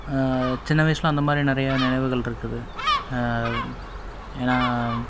சின்ன வயசில் அந்த மாதிரி நிறையா நினைவுகளிருக்குது ஏன்னா